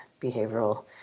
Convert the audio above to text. behavioral